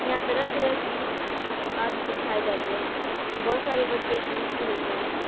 یہاں طرح طرح کی آرٹس سکھائے جاتے ہیں بہت سارے بچے ایڈمیشن لیتے ہیں